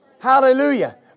Hallelujah